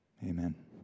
Amen